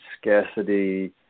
scarcity